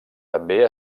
també